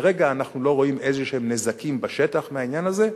כרגע אנחנו לא רואים נזקים בשטח מהעניין הזה,